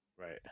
Right